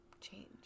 change